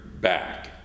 back